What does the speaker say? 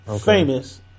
Famous